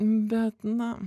bet na